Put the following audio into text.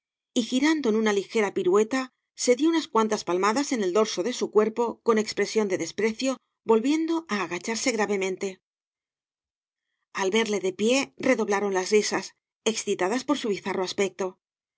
y girando en una ligera pirueta se dio unas cuantas palmadas en el dorso de bu cuerpo con expresión de desprecio volviendo á agacharse gravemente al verle de pie redoblaron las risas excitadas por bu bizarro aspecto